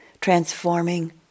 transforming